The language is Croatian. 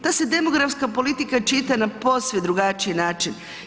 Ta se demografska politika čita na posve drugačiji način.